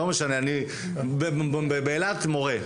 אני באילת מורה,